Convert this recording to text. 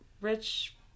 rich